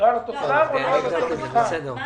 אנחנו